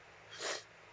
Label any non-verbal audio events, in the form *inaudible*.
*noise*